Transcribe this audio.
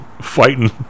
fighting